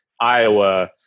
Iowa